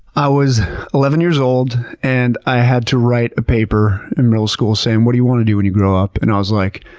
i was eleven years old and i had to write a paper in middle school saying, what do you want to do when you grow up? and i was like,